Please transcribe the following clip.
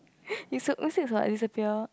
is what disappear